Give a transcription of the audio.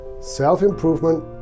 self-improvement